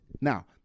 Now